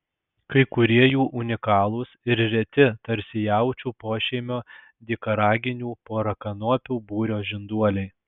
kai kurie jų unikalūs ir reti tarsi jaučių pošeimio dykaraginių porakanopių būrio žinduoliai